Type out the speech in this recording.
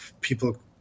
people